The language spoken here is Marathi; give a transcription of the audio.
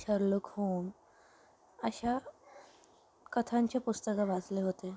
शरलक होम अशा कथांचे पुस्तकं वाचले होते